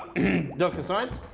dr science.